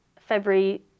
February